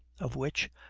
of which,